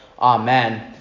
amen